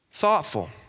thoughtful